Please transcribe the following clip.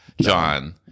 john